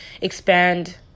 expand